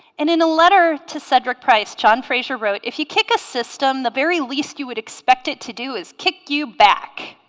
and in a letter to cedric price john fraser wrote if you kick a system the very least you would expect it to do is kick you back